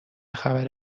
خبر